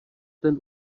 ten